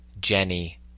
Jenny